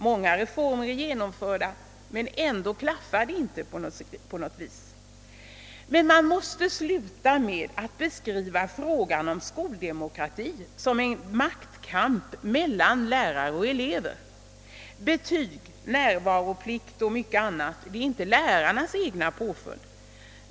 Många reformer är genomförda men ändå klaffar det inte på något sätt. Man måste sluta med att beskriva frågan om skoldemokrati som en maktkamp mellan lärare och elever. Betyg, närvaroplikt och mycket annat är inte lärarnas eget påfund.